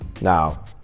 now